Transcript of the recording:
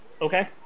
Okay